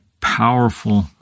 powerful